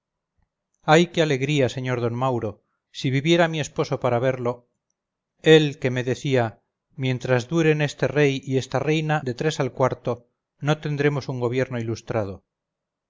ay qué alegría sr d mauro si viviera mi esposo para verlo él que me decía mientras duren este rey y esta reina de tres al cuarto no tendremos un gobierno ilustrado